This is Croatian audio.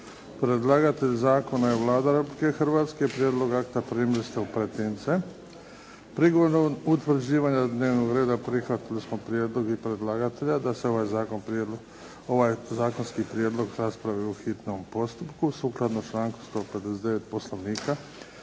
Predlagatelj zakona je Vlada Republike Hrvatske. Prijedlog akta primili ste u pretince. Prigodom utvrđivanja dnevnog reda prihvatili smo prijedlog predlagatelja da se ovaj zakonski prijedlog raspravi u hitnom postupku. Sukladno članku 159. Poslovnika